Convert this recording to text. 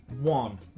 one